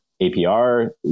APR